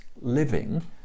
living